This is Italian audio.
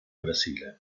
brasile